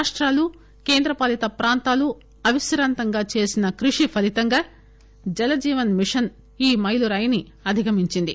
రాష్టాలు కేంద్ర పాలిత ప్రాంతాలు అవిశ్రాంతంగా చేసిన కృషి ఫలితంగా జల జీవన్ మిషన్ ఈ మైలురాయిని అధిగమించింది